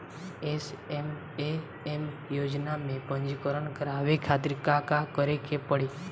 SMAM योजना में पंजीकरण करावे खातिर का का करे के पड़ी?